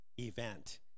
event